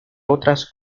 otras